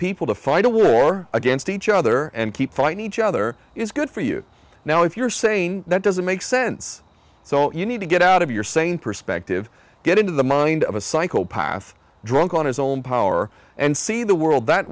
people to fight a war against each other and keep fighting each other is good for you now if you're saying that doesn't make sense so you need to get out of your sane perspective get into the mind of a psychopath drunk on his own power and see the world that